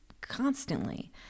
constantly